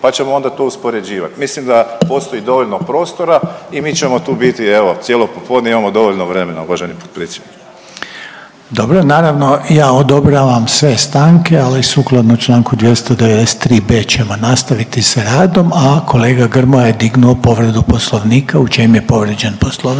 pa ćemo to onda uspoređivat. Mislim da postoji dovoljno prostora i mi ćemo tu biti evo cijelo popodne imamo dovoljno vremena uvaženi potpredsjedniče. **Reiner, Željko (HDZ)** Dobro, naravno ja odobravam sve stanke, ali sukladno čl. 293.b ćemo nastaviti sa radom, a kolega Grmoja je dignuo povredu poslovnika. U čem je povrijeđen poslovnik?